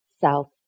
South